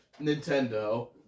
Nintendo